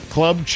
Club